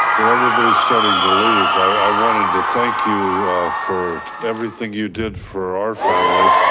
well everybody is starting to leave. i wanted to thank you for everything you did for our family.